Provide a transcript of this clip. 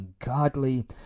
ungodly